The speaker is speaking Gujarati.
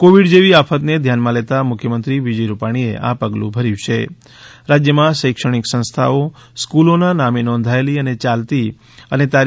કોવિડ જેવી આફતને ધ્યાનમાં લેતા મુખ્યમંત્રી વિજય રૂપાણીએ આ પગલું ભર્યું રાજ્યમાં શૈક્ષણિક સંસ્થાઓસ્ફ્લલોના નામેનોંધાયેલી અને યાલતી અને તા